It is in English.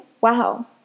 wow